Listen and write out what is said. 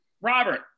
Robert